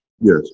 Yes